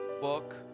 book